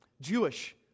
Jewish